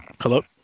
Hello